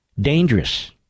dangerous